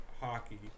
Hockey